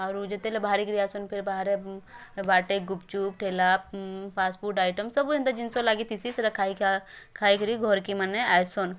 ଆରୁ ଯେତେବେଲେ ବାହାରିକି ଆଏସନ୍ ଫିର୍ ବାହାରେ ବାଟେ ଗୁପଚୁପ୍ ଠେଲା ଫାଷ୍ଟଫୁଡ଼୍ ଆଇଟମ୍ ସବୁ ଏନ୍ତା ଜିନିଷ୍ ଲାଗିଥିସି ସେରା ଖାଇକିରି ଘର୍କେ ମାନେ ଆଇସନ୍